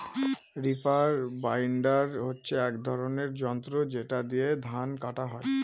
reaper binder হচ্ছে এক ধরনের যন্ত্র যেটা দিয়ে ধান কাটা হয়